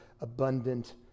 abundant